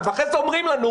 במיוחד בשנה האחרונה,